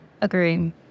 Agree